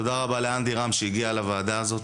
תודה רבה לאנדי רם שהגיע לוועדה הזאת.